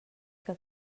que